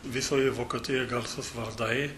visoje vokietijoje garsūs vardai